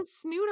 snoot